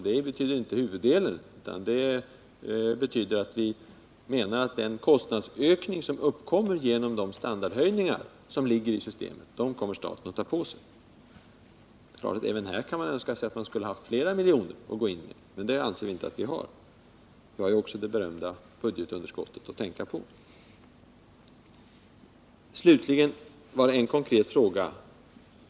Det betyder inte huvuddelen, utan det betyder att den kostnadsökning som uppkommer genom de standardhöjningar som ligger i systemet skall staten ta på sig. Det är klart att man även här kan önska att man hade haft flera miljoner att gå in med, men det anser vi att vi inte har. Vi har ju också det berömda budgetunderskottet att tänka på. Vidare fick jag en konkret fråga.